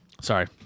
Sorry